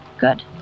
Good